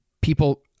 people